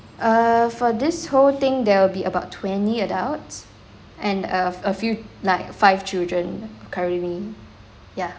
err for this whole thing there will be about twenty adults and a a few like five children currently ya